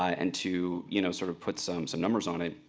and to, you know, sort of put some some numbers on it,